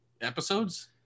episodes